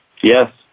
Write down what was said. Yes